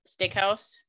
steakhouse